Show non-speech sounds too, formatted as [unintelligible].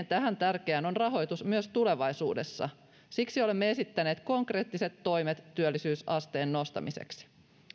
[unintelligible] tähän tärkeään on rahoitus myös tulevaisuudessa siksi olemme esittäneet konkreettiset toimet työllisyysasteen nostamiseksi